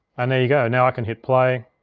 and there you go. now i can hit play,